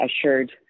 assured